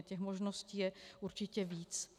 Těch možností je určitě víc.